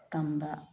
ꯇꯝꯕ